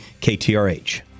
KTRH